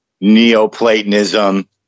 neoplatonism